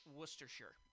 Worcestershire